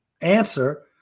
answer